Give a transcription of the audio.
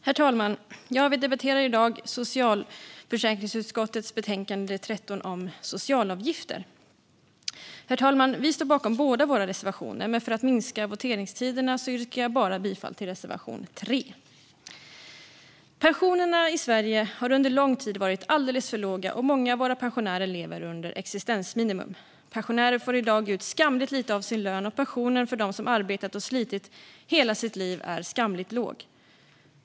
Herr talman! Vi debatterar i dag socialförsäkringsutskottets betänkande 13 om socialavgifter. Herr talman! Vi står bakom båda våra reservationer, men för att minska voteringstiden yrkar jag bifall bara till reservation 3. Pensionerna i Sverige har under lång tid varit alldeles för låga, och många av våra pensionärer lever under existensminimum. Pensionärer får i dag ut skamligt lite av sin lön, och pensionen för dem som arbetat och slitit hela sitt liv är skamligt låg.